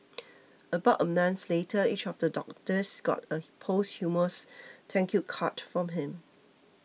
about a month later each of the doctors got a posthumous thank you card from him